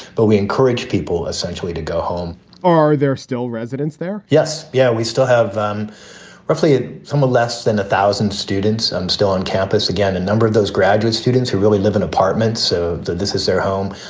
but we encourage people essentially to go home are there still residents there? yes. yeah, we still have um roughly somewhat less than a thousand students um still on campus. again, a number of those graduate students who really live in apartments. so this is their home.